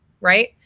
right